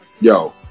Yo